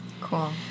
Cool